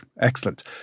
Excellent